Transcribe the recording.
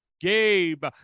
Gabe